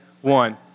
One